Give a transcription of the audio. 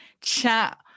chat